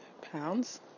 pounds